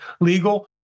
legal